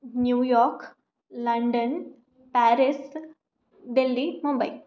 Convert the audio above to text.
New York London Paris Delhi Mumbai